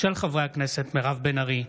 חברי הכנסת מירב בן ארי,